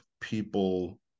people